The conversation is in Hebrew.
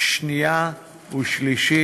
שנייה ולקריאה שלישית.